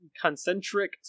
concentric